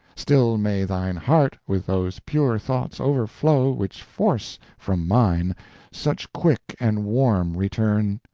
still may thine heart with those pure thoughts o'erflow which force from mine such quick and warm return.